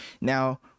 Now